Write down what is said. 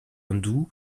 hindoue